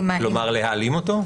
כלומר, להעלים אותו?